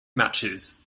matches